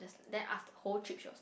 that's then after whole trip she was